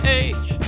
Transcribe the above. age